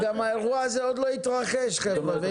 וגם האירוע הזה עוד לא התרחש, חבר'ה.